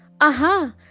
aha